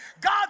god